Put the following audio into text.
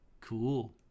cool